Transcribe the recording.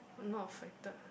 I'm not affected